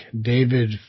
David